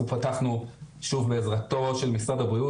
אנחנו פתחנו שוב בעזרתו של משרד הבריאות